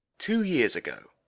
two years ago,